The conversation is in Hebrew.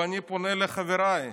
ואני פונה לחבריי,